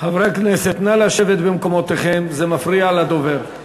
חברי הכנסת, נא לשבת במקומותיכם, זה מפריע לדובר.